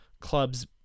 club's